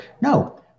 no